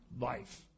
life